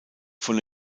von